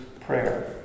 prayer